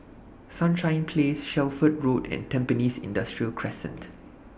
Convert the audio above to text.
Sunshine Place Shelford Road and Tampines Industrial Crescent